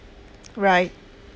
right